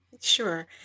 Sure